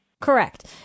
Correct